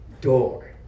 door